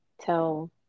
tell